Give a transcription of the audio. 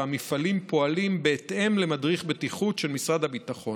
והמפעלים פועלים בהתאם למדריך בטיחות של משרד הביטחון.